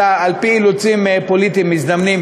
אלא על-פי אילוצים פוליטיים מזדמנים.